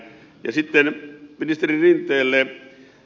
sitten ministeri rinteelle